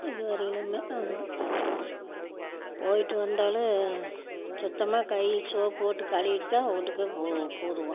இதுவரையிலுமே ஆமாம் போய்ட்டு வந்தாலும் சுத்தமாக கை சோப்பு போட்டு கழுவிட்டுத் தான் வீட்டுக்கே பூதுவோ பூதுவோம்